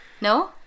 No